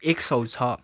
एक सय छ